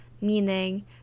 Meaning